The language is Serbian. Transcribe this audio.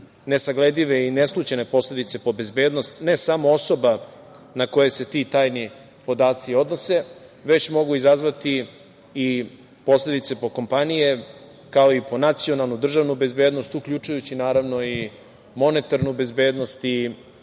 nesagledive i neslućene posledice po bezbednost ne samo osoba na koje se ti tajni podaci odnose, već mogu izazvati i posledice po kompanije, kao i po nacionalnu i državnu bezbednost, uključujući naravno i monetarnu bezbednost i